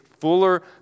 fuller